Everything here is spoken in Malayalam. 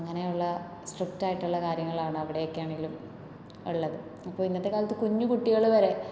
അങ്ങനെയുള്ള സ്ട്രിക്റ്റ് ആയിട്ടുള്ള കാര്യങ്ങളാണ് അവിടെയൊക്കെ ആണെങ്കിലും ഉള്ളത് അപ്പോൾ ഇന്നത്തെ കാലത്ത് കുഞ്ഞു കുട്ടികൾ വരെ